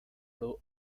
blue